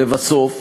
לבסוף,